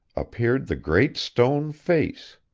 appeared the great stone face!